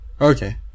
Okay